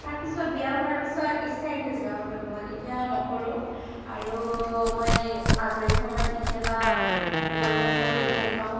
তাৰপিছত বিয়া হোৱাৰ পিছত ইচ্ছাই নোযোৱা হৈ গ'ল এতিয়া নকৰোঁ আৰু মই অজৰি সময়ত কেতিয়াবা উপন্যাস পঢ়ি ভাল পাওঁ